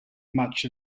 much